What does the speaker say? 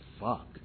Fuck